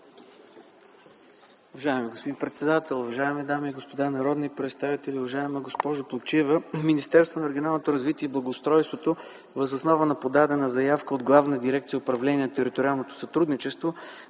Уважаеми господин председател, уважаеми дами и господа народни представители, уважаема госпожо Плугчиева! Министерството на регионалното развитие и благоустройството въз основа на подадена заявка от Главна дирекция „Управление на териториалното сътрудничество”